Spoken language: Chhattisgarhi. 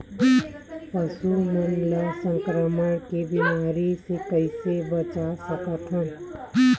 पशु मन ला संक्रमण के बीमारी से कइसे बचा सकथन?